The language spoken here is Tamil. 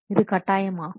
இது கட்டாயமாகும்